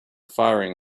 firing